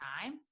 time